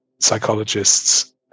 psychologists